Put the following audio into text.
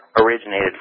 originated